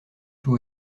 tout